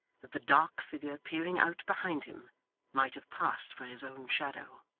that the dark figure peering out behind him might have passed for his own shadow.